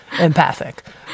empathic